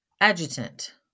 Adjutant